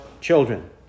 children